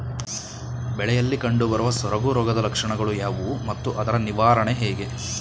ಬೆಳೆಯಲ್ಲಿ ಕಂಡುಬರುವ ಸೊರಗು ರೋಗದ ಲಕ್ಷಣಗಳು ಯಾವುವು ಮತ್ತು ಅದರ ನಿವಾರಣೆ ಹೇಗೆ?